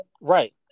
Right